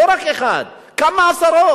לא רק אחד, כמה עשרות.